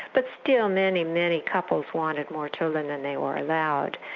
but still many, many couples wanted more children than they were allowed.